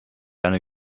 eine